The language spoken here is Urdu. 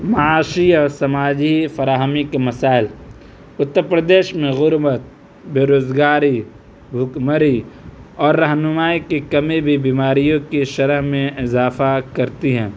معاشی اور سماجی فراہمی کے مسائل اُتّرپردیش میں غربت بے روزگاری بھکمری اور رہنمائی کی کمی بھی بیماریوں کی شرح میں اضافہ کرتی ہے